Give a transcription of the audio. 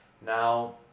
Now